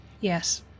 yes